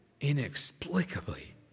inexplicably